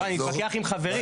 לא, אני מתווכח עם חברי.